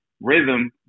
rhythm